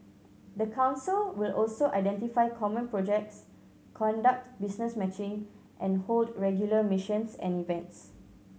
the council will also identify common projects conduct business matching and hold regular missions and events